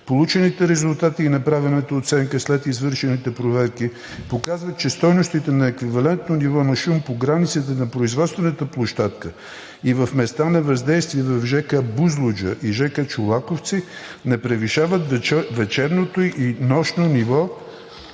получените резултати и направената оценка след извършените проверки показва, че стойностите на еквивалентно ниво на шум по границите на производствената площадка и в места на въздействие в ж.к. „Бузлуджа“ и ж.к. „Чолаковци“ не превишават вечерното и нощно ниво